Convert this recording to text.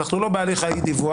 אנחנו לא בהליך האי-דיווח,